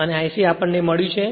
અને I c આપણ ને મળ્યું છે